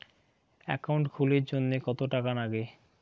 Account খুলির জন্যে কত টাকা নাগে?